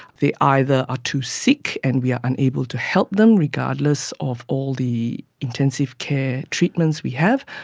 they either are too sick and we are unable to help them, regardless of all the intensive care treatments we have,